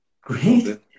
Great